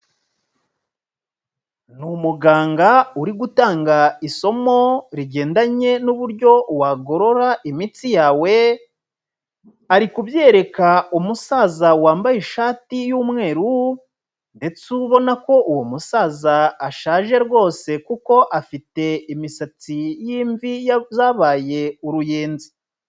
Ni umuganga uri gutanga isomo rigendanye n'uburyo wagorora imitsi yawe, ari kubyereka umusaza wambaye ishati y'umweru, ndetse ubona ko uwo musaza ashaje rwose kuko afite imisatsi y'imvi ya zabaye uruyenzi.